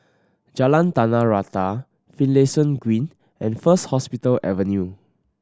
Jalan Tanah Rata Finlayson Green and First Hospital Avenue